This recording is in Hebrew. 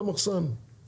אני